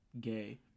Gay